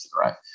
right